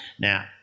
Now